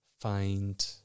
find